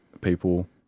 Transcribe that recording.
people